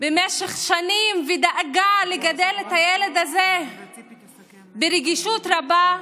במשך שנים, ודאגה לגדל את הילד הזה ברגישות רבה,